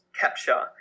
capture